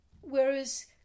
whereas